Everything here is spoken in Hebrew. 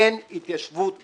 אין התיישבות בכלל,